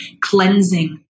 cleansing